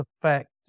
affect